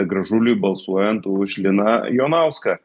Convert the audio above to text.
gražuliui balsuojant už liną jonauską